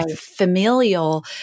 familial